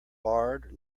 barred